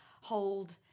hold